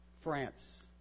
France